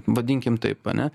vadinkim taip ane